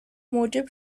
موجب